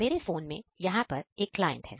मेरे फोन में यहां पर एक क्लाइंट है